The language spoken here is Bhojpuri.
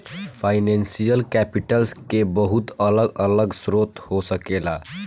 फाइनेंशियल कैपिटल के बहुत अलग अलग स्रोत हो सकेला